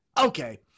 Okay